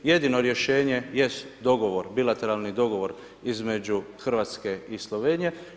Jedino rješenje jest dogovor, bilateralni dogovor između Hrvatske i Slovenije.